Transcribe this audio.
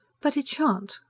but it shan't.